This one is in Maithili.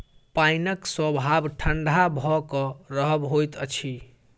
पाइनक स्वभाव ठंढा भ क रहब होइत अछि